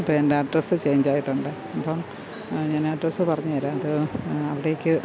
അപ്പം എൻറെ address change ആയിട്ടുണ്ട് അപ്പം ഞാൻ ആ അഡ്രസ്സ് പറഞ്ഞുതരാം അത് അവിടേക്ക്